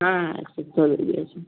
হ্যাঁ হ্যাঁ এক সপ্তাহ গিয়েছে